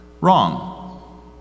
wrong